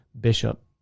bishop